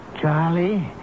Charlie